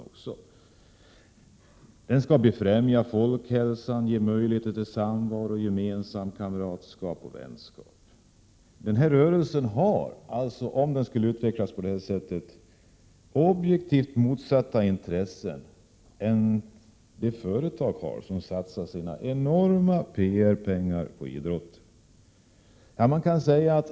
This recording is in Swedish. Idrotten skall befrämja folkhälsan, ge möjligheter till samvaro, gemenskap, kamratskap och vänskap. Denna rörelse har, för att kunna utvecklas i denna riktning, alltså objektivt motsatta intressen dem som de företag har som satsar dessa enorma PR-pengar på idrotten. Man kant.o.m.